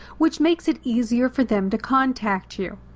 which makes it easier for them to contact you.